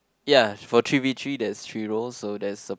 ya for three V three there's three roles so there's a